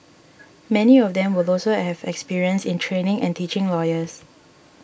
many of them will also have experience in training and teaching lawyers